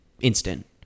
instant